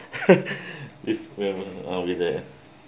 with whoever uh